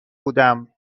بودم